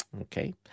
Okay